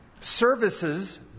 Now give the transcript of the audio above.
services